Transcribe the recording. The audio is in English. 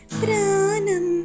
pranam